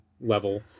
level